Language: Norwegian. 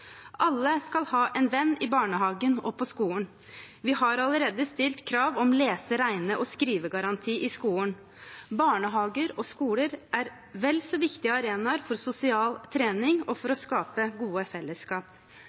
Alle skal ha en venn i barnehagen og på skolen. Vi har allerede stilt krav om lese-, regne- og skrivegaranti i skolen. Barnehager og skoler er vel så viktige arenaer for sosial trening og for å skape gode fellesskap.